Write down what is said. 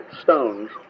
stones